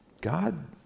God